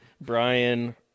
brian